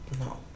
No